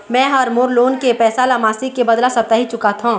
में ह मोर लोन के पैसा ला मासिक के बदला साप्ताहिक चुकाथों